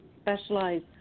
specialize